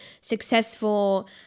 successful